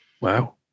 Wow